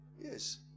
Yes